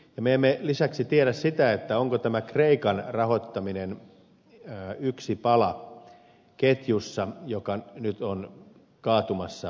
me emme lisäksi tiedä sitä onko tämä kreikan rahoittaminen yksi pala ketjussa joka nyt on kaatumassa euroopassa